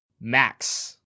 Max